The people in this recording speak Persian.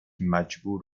مجبور